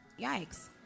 Yikes